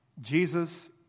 Jesus